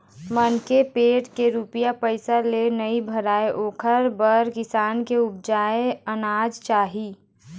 मनखे के पेट के रूपिया पइसा ले नइ भरय ओखर बर किसान के उपजाए अनाज चाही